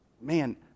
Man